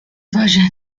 version